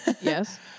Yes